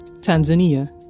Tanzania